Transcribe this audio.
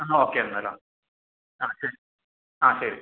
ആ ഓക്കേ എന്നാൽ ആ ആ ശരി ആ ശരി